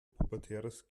pubertäres